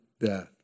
death